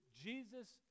Jesus